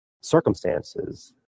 circumstances